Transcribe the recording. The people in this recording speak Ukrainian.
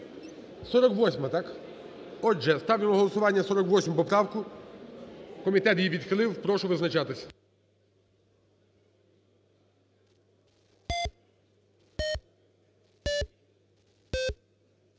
48-а, так? Отже, ставлю на голосування 48 поправку. Комітет її відхилив, прошу визначатись.